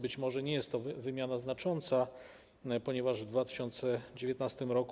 Być może nie jest to wymiana znacząca, ponieważ w 2019 r.